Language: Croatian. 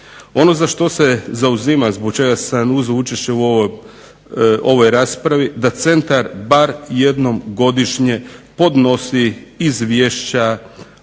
Ono za što se zauzimam, zbog čega sam uzeo učešće u ovoj raspravi, da centar bar jednom godišnje podnosi izvješća